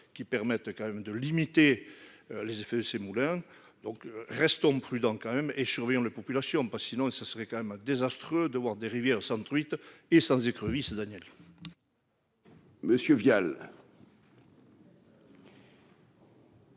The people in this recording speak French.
qui permettent quand même de limiter les effets, c'est moulins, donc restons prudent quand même et surveillant la population parce que sinon, ça serait quand même un désastre d'avoir des rivières sans truites et sans écrevisses Daniel. Monsieur Vial.